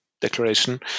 declaration